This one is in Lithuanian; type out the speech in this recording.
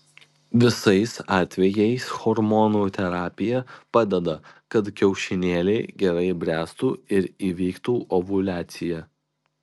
visais atvejais hormonų terapija padeda kad kiaušinėliai gerai bręstų ir įvyktų ovuliacija